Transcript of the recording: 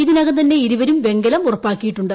ഇതിനകം തന്നെ ഇരുവരും വെങ്കലും ഉറപ്പാക്കിയിട്ടുണ്ട്